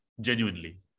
Genuinely